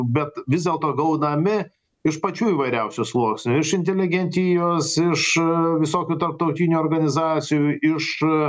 bet vis dėlto gaunami iš pačių įvairiausių sluoksnių iš inteligentijos iš visokių tarptautinių organizacijų iš